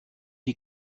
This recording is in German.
die